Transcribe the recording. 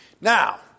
Now